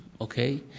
okay